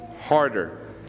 harder